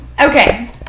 okay